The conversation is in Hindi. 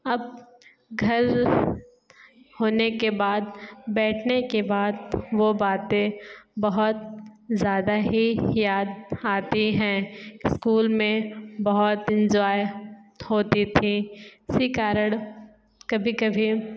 अब घर होने के बाद बैठने के बाद वो बातें बहुत ज़्यादा ही याद आती हैं स्कूल में बहुत इंजोय होती थी इसी कारण कभी कभी